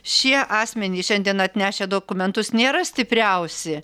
šie asmenys šiandien atnešę dokumentus nėra stipriausi